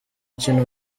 kintu